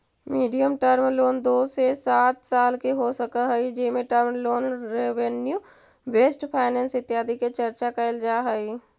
medium term loan दो से सात साल के हो सकऽ हई जेमें term loan revenue based finance इत्यादि के चर्चा कैल जा हई